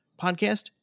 podcast